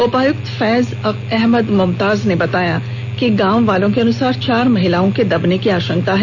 उपायुक्त फैज अक अहमद मुमताज ने बताया कि गांव वालों के अनुसार चार महिलाओं के दबने की आशंका है